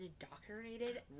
indoctrinated